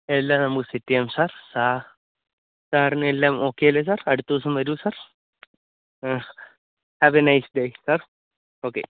എല്ലാം നമുക്ക് സെറ്റ് ചെയ്യാം സാര് സാര് സാറിന് എല്ലാം ഓക്കേ അല്ലെ സാര് അടുത്ത ദിവസം വരൂ sir have a nice day sir okay